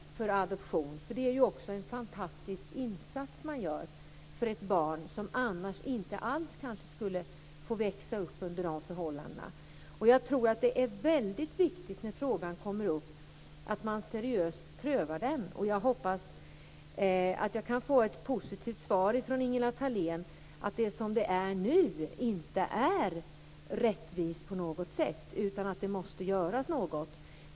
Det är också en fantastisk insats man gör för ett barn som annars kanske inte alls skulle få växa upp under de förhållandena. Jag tror att det är väldigt viktigt att vi seriöst prövar frågan när den kommer upp. Jag hoppas att jag kan få ett positivt svar från Ingela Thalén när det gäller att den nuvarande ordningen inte på något sätt är rättvis utan att det måste göras något.